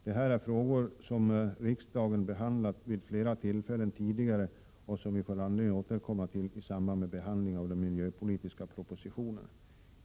Detta är frågor som riksdagen behandlat vid flera tillfällen tidigare och som vi får anledning att återkomma till i samband med behandlingen av den miljöpolitiska propositionen.